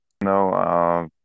no